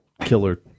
killer